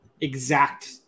exact